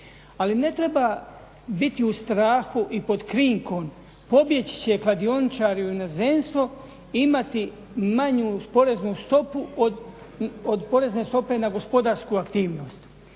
Ali ne treba biti u strahu i pod krinkom pobjeći će kladioničari u inozemstvo, imati manju poreznu stopu od porezne stope na gospodarsku aktivnost